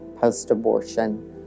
post-abortion